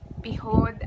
behold